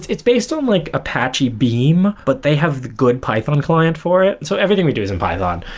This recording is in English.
it's based on like apache beam, but they have the good python client for it. so everything we do is in python.